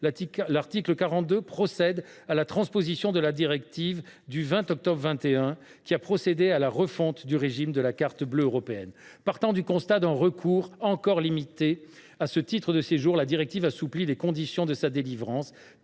L’article 42 procède à la transposition de la directive du 20 octobre 2021, qui a refondu le régime du titre de séjour dit Carte bleue européenne. Partant du constat d’un recours encore limité à ce titre de séjour, la directive assouplit les conditions de sa délivrance,